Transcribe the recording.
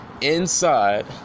inside